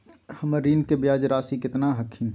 हमर ऋण के ब्याज रासी केतना हखिन?